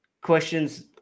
questions